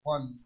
One